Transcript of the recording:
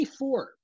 24